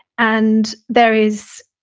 and there is,